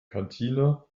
kantine